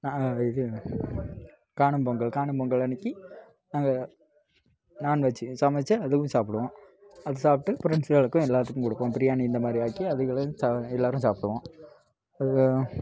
இது காணும் பொங்கல் காணும் பொங்கல் அன்றைக்கி நாங்கள் நான்வெஜ்ஜு சமைச்சு அதுவும் சாப்பிடுவோம் அது சாப்பிட்டு ஃப்ரெண்ட்ஸுகளுக்கும் எல்லாத்துக்கும் கொடுப்போம் பிரியாணி இந்த மாதிரி ஆக்கி அதை எல்லோரும் சா எல்லோரும் சாப்பிடுவோம்